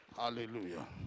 Hallelujah